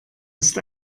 ist